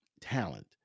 talent